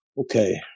okay